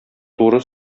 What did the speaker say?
туры